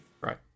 Right